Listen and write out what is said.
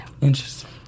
Interesting